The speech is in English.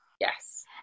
yes